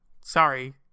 Sorry